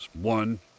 One